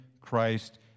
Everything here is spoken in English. Christ